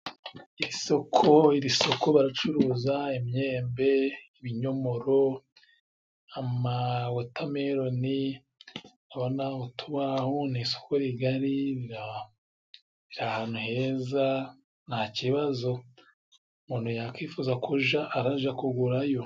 Isoko iri soko baracuruza imyembe, ibinyomoro ,amawotemeloni, ndabona urubaho ,ni isoko rigari ahantu heza, nta kibazo umuntu yakwifuza kuja araja kugurayo.